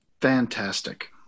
fantastic